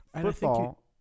football